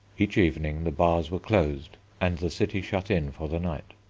each evening the bars were closed and the city shut in for the night.